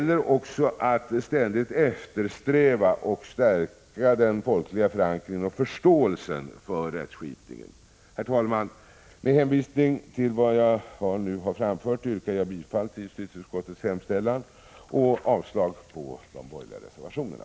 Det gäller att ständigt eftersträva att stärka den folkliga förankringen och förståelsen för rättskipningen. Herr talman! Med hänvisning till det jag här framfört yrkar jag bifall till justitieutskottets hemställan och avslag på de borgerliga reservationerna.